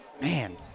Man